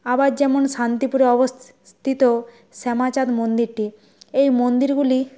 আবার যেমন শান্তিপুরে অবস্থিত শ্যামাচাঁদ মন্দিরটি এই মন্দিরগুলি